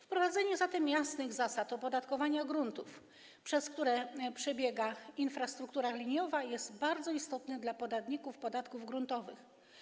Wprowadzenie zatem jasnych zasad opodatkowania gruntów, przez które przebiega infrastruktura liniowa, jest bardzo istotne dla podatników podatków gruntowych.